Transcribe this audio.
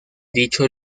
dicho